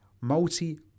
multi